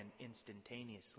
instantaneously